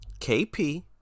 KP